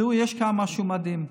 תראו, יש כאן משהו מדהים.